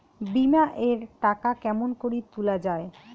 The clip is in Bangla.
বিমা এর টাকা কেমন করি তুলা য়ায়?